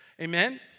Amen